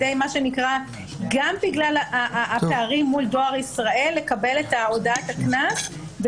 גם בגלל הפערים מול דואר ישראל בקבלת הודעת הקנס,